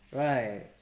right